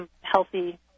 healthy